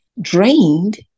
drained